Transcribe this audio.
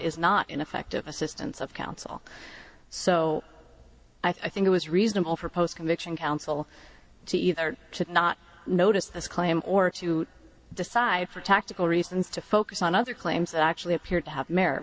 is not ineffective assistance of counsel so i think it was reasonable for post conviction counsel to either not notice this claim or to decide for tactical reasons to focus on other claims that actually appeared to have merit